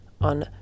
on